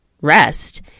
rest